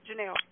Janelle